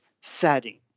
setting